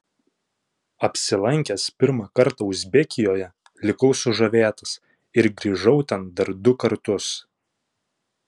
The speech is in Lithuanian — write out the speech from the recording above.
apsilankęs pirmą kartą uzbekijoje likau sužavėtas ir grįžau ten dar du kartus